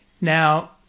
Now